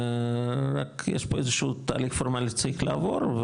יש פה איזשהו תהליך פורמאלי שצריך לעבור,